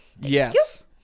Yes